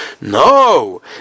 No